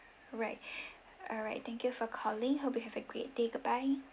right alright thank you for calling hope you have a great day goodbye